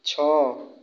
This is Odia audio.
ଛଅ